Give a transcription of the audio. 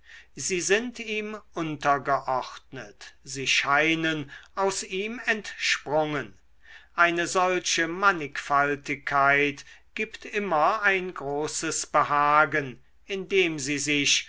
sie sind ihm untergeordnet sie scheinen aus ihm entsprungen eine solche mannigfaltigkeit gibt immer ein großes behagen indem sie sich